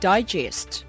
Digest